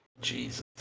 Jesus